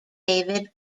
david